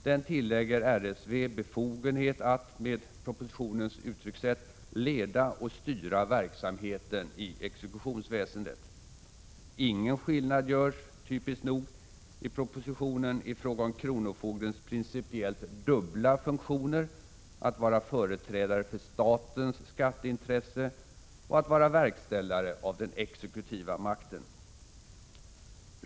Den tillägger RSV befogenhet att — med propositionens uttryckssätt — leda och styra verksamheten i exekutionsväsendet. Ingen skillnad görs typiskt nog i propositionen i fråga om kronofogdens principiellt dubbla funktioner, att vara företrädare för statens skatteintresse och att vara verkställare av den exekutiva makten.